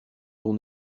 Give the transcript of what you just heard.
dont